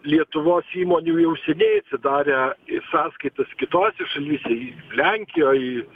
lietuvos įmonių jau seniai atsidarę sąskaitas kitose šalyse ji lenkijoj